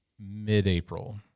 mid-April